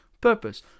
purpose